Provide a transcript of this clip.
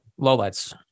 lowlights